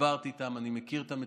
דיברתי איתם, אני מכיר את המצוקות,